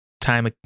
time